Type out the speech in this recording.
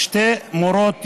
שתי מורות,